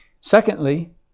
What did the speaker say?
Secondly